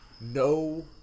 No